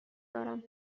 دارم